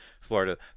Florida